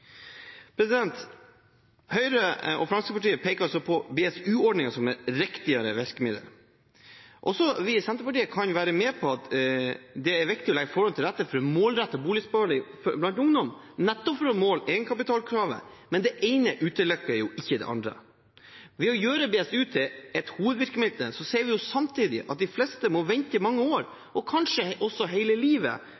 Høyre og Fremskrittspartiet peker på BSU-ordningen som et riktigere virkemiddel. Også vi i Senterpartiet kan være med på at det er viktig å legge forholdene til rette for målrettet boligsparing blant ungdom, nettopp for å nå egenkapitalkravet, men det ene utelukker ikke det andre. Ved å gjøre BSU til et hovedvirkemiddel sier vi samtidig at de fleste må vente mange år